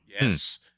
Yes